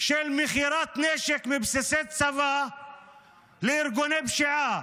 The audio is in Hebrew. של מכירת נשק מבסיסי צבא לארגוני פשיעה,